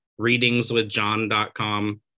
readingswithjohn.com